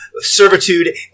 servitude